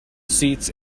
seats